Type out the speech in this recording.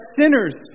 sinners